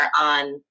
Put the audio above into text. on